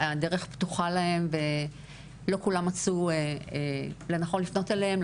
הדרך פתוחה להם ולא כולם מצאו לנכון לפנות אליהם,